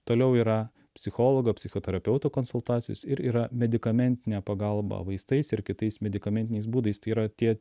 toliau yra psichologo psichoterapeuto konsultacijos ir yra medikamentinė pagalba vaistais ir kitais medikamentiniais būdais tai yra tie